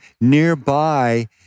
nearby